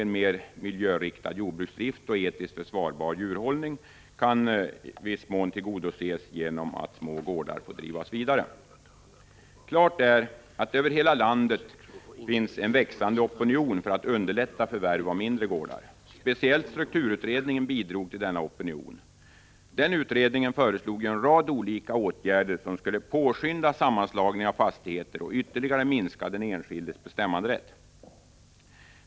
1985/86:30 en mer miljöriktig jordbruksdrift och etiskt försvarbar djurhållning kan i viss 19 november 1985 mån tillgodoses genom att små gårdar får drivas vidare. Klart är att det över hela landet finns en växande opinion för att underlätta förvärv även av mindre gårdar. Speciellt strukturutredningen bidrog till denna opinion. Den utredningen föreslog ju en rad olika åtgärder som skulle påskynda sammanslagningen av fastigheter och ytterligare minska den enskildes bestämmanderätt.